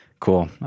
cool